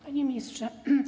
Panie Ministrze!